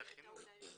זה החינוך.